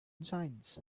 shines